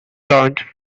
launch